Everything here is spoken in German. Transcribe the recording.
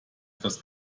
was